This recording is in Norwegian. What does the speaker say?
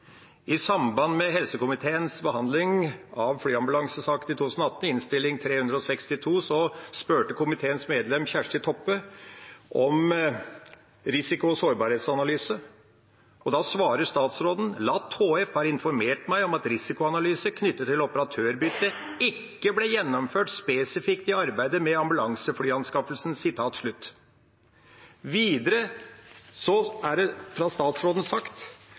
I samband med helsekomiteens behandling av flyambulansesaken i 2018, Innst. 362 S for 2017–2018, spurte komiteens medlem Kjersti Toppe om risiko- og sårbarhetsanalyse. Da svarte statsråden: «Luftambulansetjenesten HF har informert meg om at risikoanalyse knyttet til operatørbytte ikke ble gjennomført spesifikt i arbeidet med ambulanseflyanskaffelsen.» Videre er det fra statsråden sagt